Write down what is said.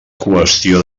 qüestió